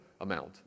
amount